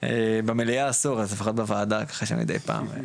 במליאה אסור אז לפחות בוועדה מידי פעם,